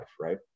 right